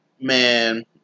Man